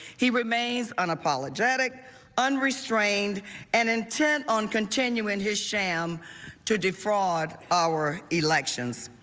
he remains unapologetic unrestrained and intent on continuing his sham to defraud our elections.